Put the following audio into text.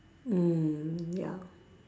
mm ya